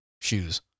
shoes